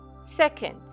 Second